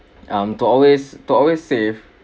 um to always to always save